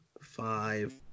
five